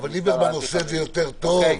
אבל ליברמן עושה את זה יותר טוב.